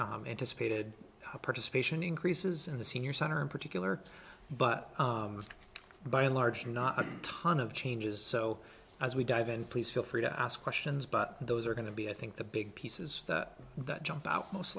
to anticipated participation increases in the senior center in particular but by and large not a ton of changes so as we dive in please feel free to ask questions but those are going to be i think the big pieces that jump out most